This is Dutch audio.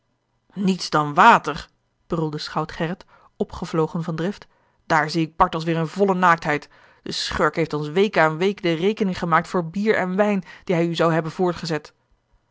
niets dan water brulde schout gerrit opgevlogen van drift daar zie ik bartels weêr in volle naaktheid de schurk heeft ons week aan week de rekening gemaakt voor bier en wijn die hij u zou hebben voorgezet